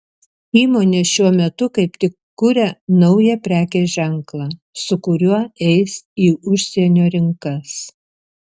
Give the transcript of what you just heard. įmonė šiuo metu kaip tik kuria naują prekės ženklą su kuriuo eis į užsienio rinkas